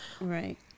right